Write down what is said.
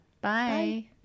Bye